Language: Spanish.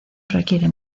requiere